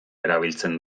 erabiltzen